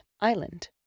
Island